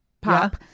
Pop